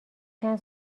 چند